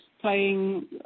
playing